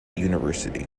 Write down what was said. university